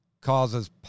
causes